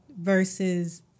versus